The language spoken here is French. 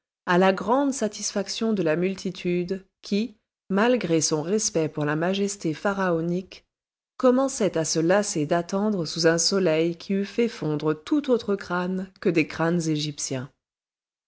à la grande satisfaction de la multitude qui malgré son respect pour la majesté pharaonique commençait à se lasser d'attendre sous un soleil qui eût fait fondre tout autre crâne que des crânes égyptiens